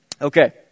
Okay